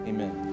Amen